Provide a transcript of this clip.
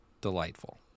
Delightful